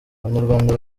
abanyarwanda